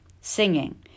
singing